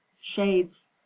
shades